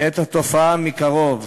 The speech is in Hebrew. את התופעה מקרוב: